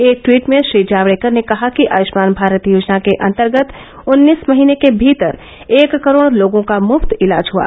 एक टवीट में श्री जावडेकर ने कहा कि आयुष्मान भारत योजना के अंतर्गत उन्नीस महीने के भीतर एक करोड़ लोगों का मुफ्त इलाज हुआ